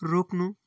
रोक्नु